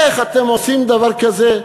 איך אתם עושים דבר כזה?